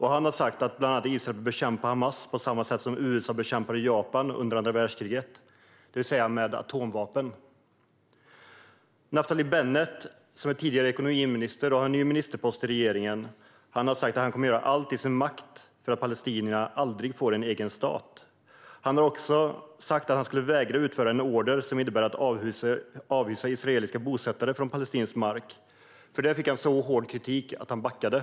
Han har bland annat sagt att Israel bör bekämpa Hamas på samma sätt som USA bekämpade Japan under andra världskriget, det vill säga med atomvapen. Naftali Bennett, som är tidigare ekonomiminister och har ny ministerpost i regeringen, har sagt att han kommer att göra allt i sin makt för att palestinierna aldrig ska få en egen stat. Han har också sagt att han skulle vägra utföra en order som innebär att avhysa israeliska bosättare från palestinsk mark. För detta fick han så hård kritik att han backade.